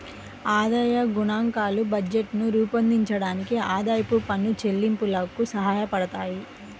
ఆదాయ గణాంకాలు బడ్జెట్లను రూపొందించడానికి, ఆదాయపు పన్ను చెల్లింపులకు సహాయపడతాయి